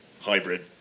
hybrid